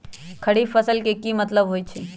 खरीफ फसल के की मतलब होइ छइ?